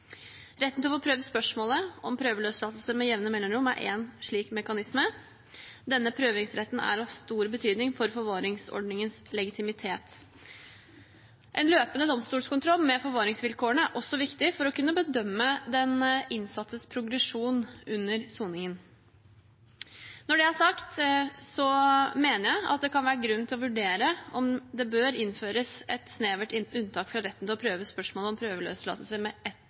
Retten til å få prøvd spørsmålet om prøveløslatelse med jevne mellomrom er en slik mekanisme. Denne prøvingsretten er av stor betydning for forvaringsordningens legitimitet. En løpende domstolskontroll med forvaringsvilkårene er også viktig for å kunne bedømme den innsattes progresjon under soningen. Når det er sagt, mener jeg at det kan være grunn til å vurdere om det bør innføres et snevert unntak fra retten til å prøve spørsmålet om prøveløslatelse med ett